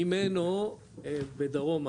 ממנו בדרומה,